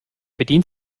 bedient